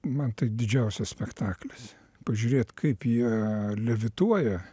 man tai didžiausias spektaklis pažiūrėt kaip jie levituoja